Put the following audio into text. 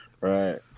Right